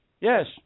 Yes